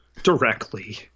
directly